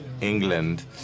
England